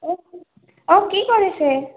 অঁ কি কৰিছে